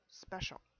special